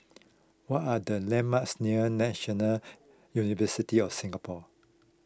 what are the landmarks near National University of Singapore